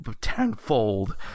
tenfold